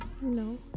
no